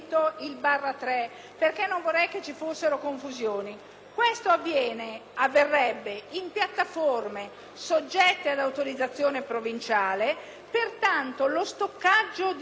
Pertanto, lo stoccaggio di beni usati funzionanti che possono essere usati per la vendita e ai quali non verrebbe applicato il codice CER,